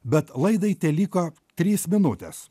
bet laidai teliko trys minutės